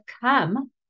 come